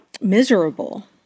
miserable